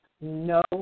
no